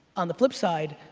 on the flip side,